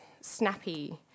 snappy